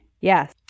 Yes